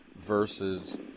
versus